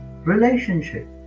relationship